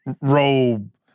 robe